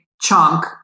chunk